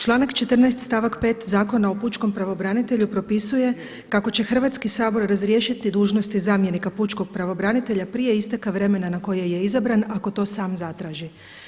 Članak 14. stavak 5. Zakona o pučkom pravobranitelju propisuje kako će Hrvatski sabor razriješiti dužnosti zamjenika pučkog pravobranitelja prije isteka vremena na koje je izabran ako to sam zatraži.